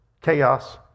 chaos